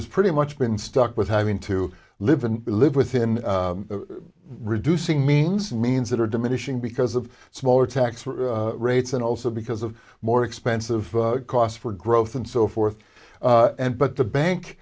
is pretty much been stuck with having to live and live within reducing means means that are diminishing because of smaller tax rates and also because of more expensive costs for growth and so forth but the bank